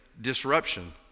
disruption